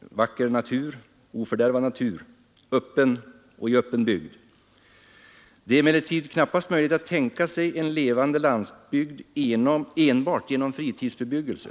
vacker och ofördärvad natur i öppen bygd. Det är emellertid knappast möjligt att tänka sig att skapa en levande landsbygd enbart genom fritidsbebyggelse.